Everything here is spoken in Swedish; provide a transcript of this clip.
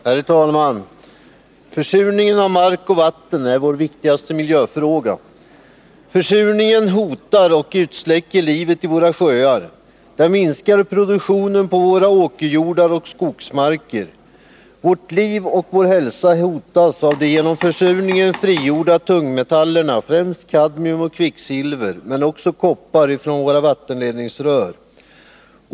Herr talman! Försurningen av mark och vatten är vår viktigaste miljöfråga. Försurningen hotar och utsläcker livet i våra sjöar. Den minskar produktionen på våra åkerjordar och skogsmarker. Vårt liv och vår hälsa hotas av de genom försurningen frigjorda tungmetallerna, främst kadmium och kvicksilver men också koppar från våra vattenledningsrör.